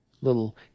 Little